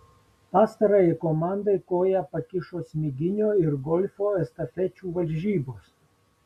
pastarajai komandai koją pakišo smiginio ir golfo estafečių varžybos